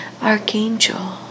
Archangel